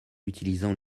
utilisant